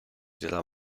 della